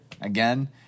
again